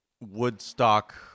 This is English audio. Woodstock